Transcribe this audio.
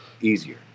easier